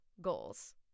goals